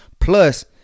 plus